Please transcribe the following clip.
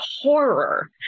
horror